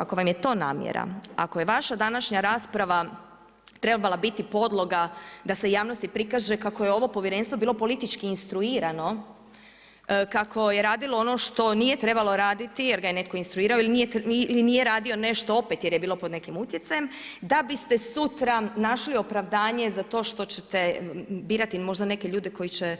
Ako vam je to namjera, ako je vaša današnja rasprava trebala biti podloga da se javnosti prikaže kako je ovo povjerenstvo bilo politički instruirano, kako je radilo ono što nije trebalo raditi jer ga je netko instruirao ili nije radio nešto opet jer je bilo pod nekim utjecajem, da biste sutra našli opravdanje za to što ćete birati možda neke ljude koji će